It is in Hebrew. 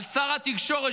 על שר התקשורת,